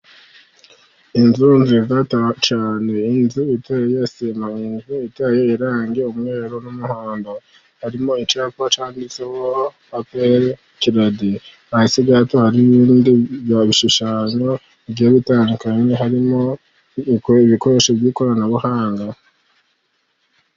Inzu nziza cyane, inzu iteye sima inzu iteye irangi umweru n'umuhondo, harimo icyapa cyanditseho aperikeredi, hasi gato hari n'ibindi bishushanyo bigiye bitandukanye, harimo ibikibikoresho by'ikoranabuhanga.